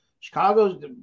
Chicago's